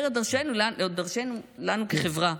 אומרת דרשני לנו כחברה.